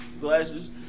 glasses